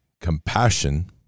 compassion